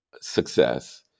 success